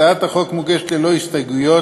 הצעת החוק מוגשת ללא הסתייגויות.